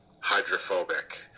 hydrophobic